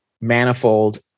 manifold